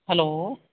hello